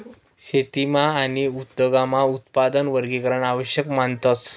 शेतीमा आणि उद्योगमा उत्पादन वर्गीकरण आवश्यक मानतस